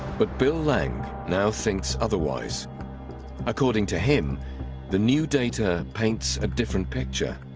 but bill lange now thinks otherwise according to him the new data paints a different picture